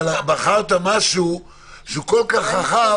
אבל בחרת משהו שהוא כל כך רחב,